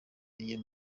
iyo